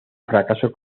fracaso